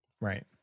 Right